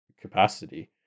capacity